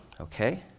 okay